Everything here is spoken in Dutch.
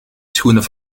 schoenen